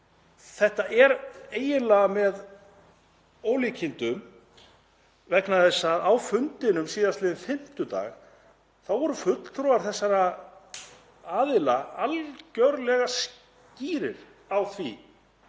Þetta er eiginlega með ólíkindum vegna þess að á fundinum síðastliðinn fimmtudag voru fulltrúar þessara aðila algerlega skýrir á því